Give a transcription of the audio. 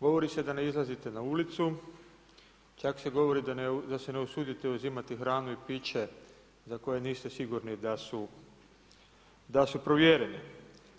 Govori se da ne izlazite na ulicu, čak se govori da se ne usudite uzimati hranu i piće za koje niste sigurni da su provjereni,